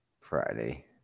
Friday